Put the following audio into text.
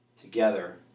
together